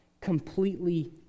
completely